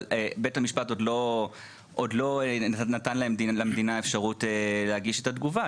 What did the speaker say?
אבל בית המשפט עוד לא נתן למדינה אפשרות להגיש את התגובה.